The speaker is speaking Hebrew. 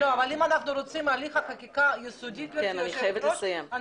אם אנחנו רוצים הליך חקיקה יסודי אנחנו חייבים